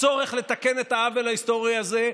העוול ההיסטורי הזה,